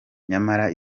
nyamara